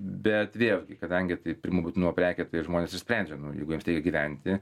bet vėlgi kadangi tai pirmo būtinumo prekė tai žmonės ir sprendžia nu jeigu jiems tereik gyventi